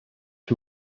you